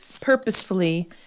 purposefully